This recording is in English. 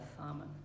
Amen